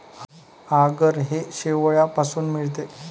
आगर हे शेवाळापासून मिळते